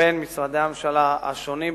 בין משרדי הממשלה השונים,